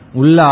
Ulla